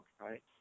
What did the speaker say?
right